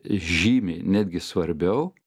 žymiai netgi svarbiau